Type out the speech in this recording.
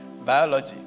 Biology